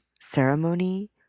ceremony